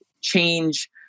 change